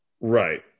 right